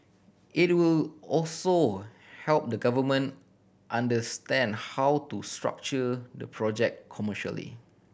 it will also help the government understand how to structure the project commercially